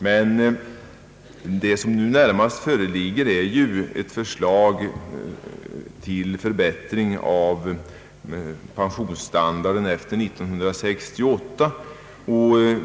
Vad som närmast föreligger är emellertid att förslag väntas till förbättring av pensionsstandarden efter 1968.